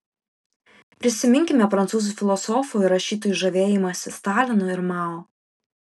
prisiminkime prancūzų filosofų ir rašytojų žavėjimąsi stalinu ir mao